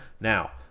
Now